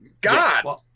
God